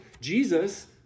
Jesus